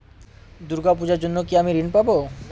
দূর্গা পূজার জন্য কি আমি ঋণ পাবো?